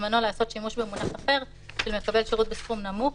לעשות שימוש במונח אחר, מקבל שירות בסכום נמוך,